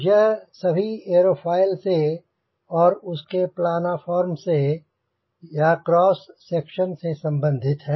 यह सभी एरोफोइल से और उसके प्लानफॉर्म या क्रॉस सेक्शन से संबंधित हैं